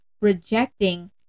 rejecting